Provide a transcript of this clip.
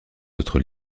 autres